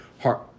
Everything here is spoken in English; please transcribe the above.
heart